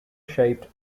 shaped